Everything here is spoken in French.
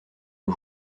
aux